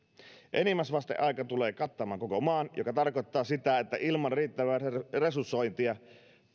enimmäisvasteaika tulee kattamaan koko maan mikä tarkoittaa sitä että ilman riittävää resursointia